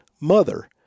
mother